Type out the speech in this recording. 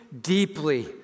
deeply